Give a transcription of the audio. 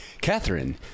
Catherine